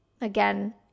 again